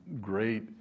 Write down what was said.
great